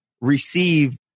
receive